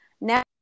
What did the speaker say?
now